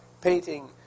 Painting